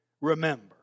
remember